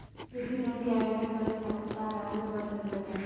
कृषि लोन के आवेदन करे खातिर का का लागत बा तनि बताई?